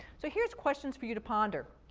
so here's questions for you to ponder.